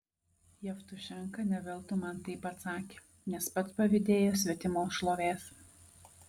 jevtušenka ne veltui man taip atsakė nes pats pavydėjo svetimos šlovės